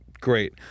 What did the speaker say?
great